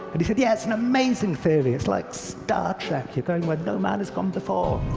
and he said, yeah, it's an amazing theory, it's like star trek. you're going where no man has gone before.